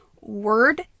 word